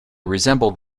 resembled